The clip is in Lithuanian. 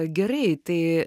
gerai tai